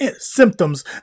symptoms